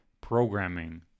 programming